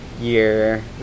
year